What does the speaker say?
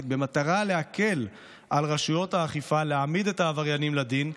במטרה להקל על רשויות האכיפה להעמיד את העבריינים לדין,